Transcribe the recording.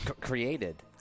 created